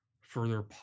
further